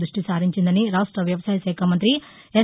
దృష్టి సారించిందని రాష్ట్ర వ్యవసాయశాఖ మంతి ఎస్